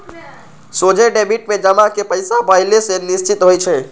सोझे डेबिट में जमा के पइसा पहिले से निश्चित होइ छइ